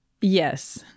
Yes